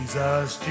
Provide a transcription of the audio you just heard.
Jesus